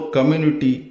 Community